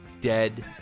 dead